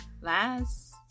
last